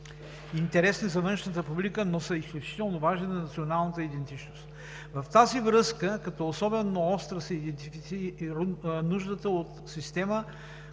интересни за външната публика, но са изключително важни за националната идентичност. В тази връзка като особено остра се идентифицира нуждата от система,